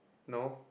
no